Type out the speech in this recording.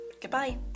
Goodbye